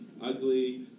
ugly